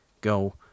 go